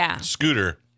scooter